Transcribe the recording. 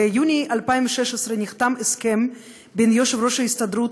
ביוני 2016 נחתם הסכם בין יושב-ראש ההסתדרות,